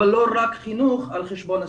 אבל לא רק חינוך על חשבון הספרות.